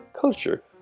culture